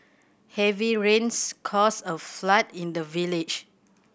heavy rains caused a flood in the village